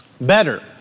Better